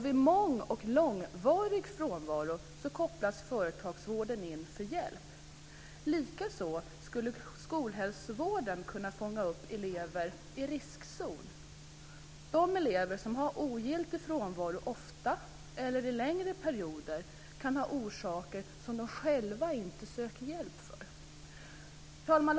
Vid långvarig frånvaro kopplas företagsvården in för hjälp. Likaså borde skolhälsovården kunna fånga upp elever i riskzon. De elever som har ogiltig frånvaro ofta eller i längre perioder kan ha orsaker som de själva inte söker hjälp för. Herr talman!